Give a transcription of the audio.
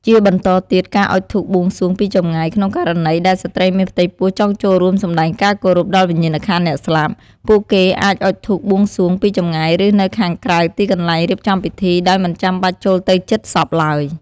ជាបន្តទៀតការអុជធូបបួងសួងពីចម្ងាយក្នុងករណីដែលស្ត្រីមានផ្ទៃពោះចង់ចូលរួមសម្តែងការគោរពដល់វិញ្ញាណក្ខន្ធអ្នកស្លាប់ ពួកគេអាចអុជធូបបួងសួងពីចម្ងាយ ឬនៅខាងក្រៅទីកន្លែងរៀបចំពិធី ដោយមិនចាំបាច់ចូលទៅជិតសពឡើយ។